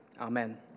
Amen